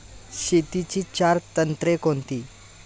शेतीची चार तंत्रे कोणती?